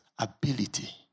ability